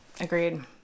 Agreed